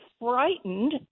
frightened